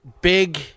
Big